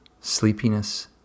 sleepiness